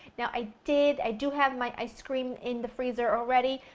now, i did i do have my ice cream in the freezer already,